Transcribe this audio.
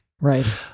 Right